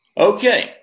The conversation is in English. Okay